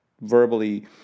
verbally